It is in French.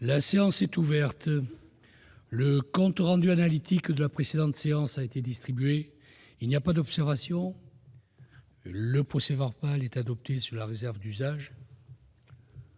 La séance est ouverte.. Le compte rendu analytique de la précédente séance a été distribué. Il n'y a pas d'observation ?... Le procès-verbal est adopté sous les réserves d'usage.